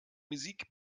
musik